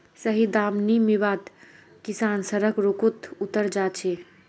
सही दाम नी मीवात किसान सड़क रोकोत उतरे जा छे